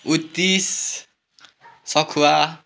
उतिस सखुवा